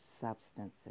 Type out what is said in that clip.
substances